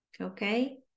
okay